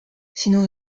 sinu